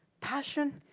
passion